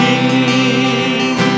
King